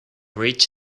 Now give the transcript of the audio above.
ridge